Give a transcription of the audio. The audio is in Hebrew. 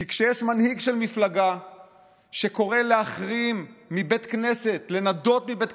כי כשיש מנהיג של מפלגה שקורא להחרים בבית כנסת,